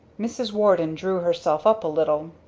mrs. warden drew herself up a little.